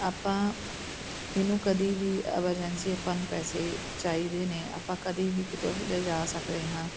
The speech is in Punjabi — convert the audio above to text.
ਆਪਾਂ ਇਹਨੂੰ ਕਦੀ ਵੀ ਆਵਾਜੈਂਸੀ ਆਪਾਂ ਨੂੰ ਪੈਸੇ ਚਾਹੀਦੇ ਨੇ ਆਪਾਂ ਕਦੀ ਵੀ ਕਿਤੋਂ ਵੀ ਲਿਜਾ ਸਕਦੇ ਹਾਂ